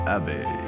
Abbey